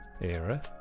era